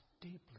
deeply